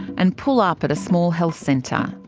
and pull up at a small health centre.